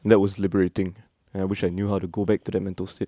that was liberating and I wish I knew how to go back to that mental state